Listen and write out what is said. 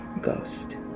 Ghost